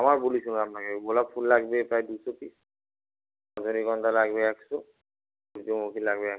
আবার বলি শুনুন আপনকে গোলাপ ফুল লাগবে প্রায় দুশো পিস রজনীগন্ধা লাগবে একশো সূর্যমুখী লাগবে একশো